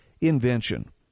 invention